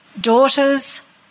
daughters